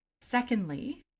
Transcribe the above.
Secondly